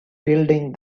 building